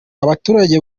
abaturage